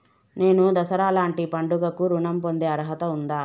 నేను దసరా లాంటి పండుగ కు ఋణం పొందే అర్హత ఉందా?